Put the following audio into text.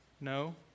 No